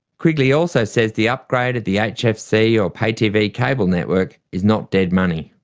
quigley also says the upgrade of the hfc or pay-tv cable network is not dead money.